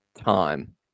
time